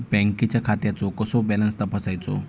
बँकेच्या खात्याचो कसो बॅलन्स तपासायचो?